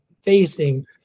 Facing